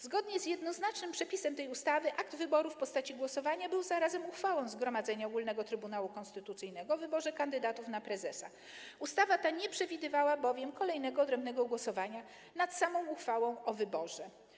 Zgodnie z jednoznacznym przepisem tej ustawy akt wyboru w postaci głosowania był zarazem uchwałą Zgromadzenia Ogólnego Trybunału Konstytucyjnego w wyborze kandydatów na prezesa, ustawa ta nie przewidywała bowiem kolejnego odrębnego głosowania nad uchwałą o wyborze.